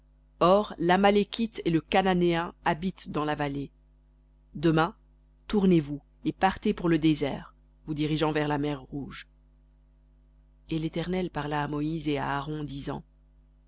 or l'amalékite et le cananéen habitent dans la vallée demain tournez-vous et partez pour le désert vous dirigeant vers la mer rouge v